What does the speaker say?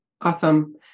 Awesome